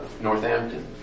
Northampton